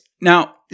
Now